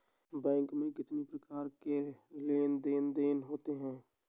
Bank में कितनी प्रकार के लेन देन देन होते हैं?